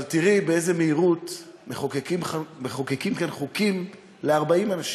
אבל תראי באיזו מהירות מחוקקים כאן חוקים ל-40 אנשים,